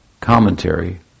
commentary